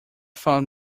found